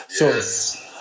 Yes